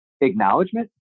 acknowledgement